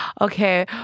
Okay